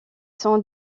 sont